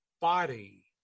body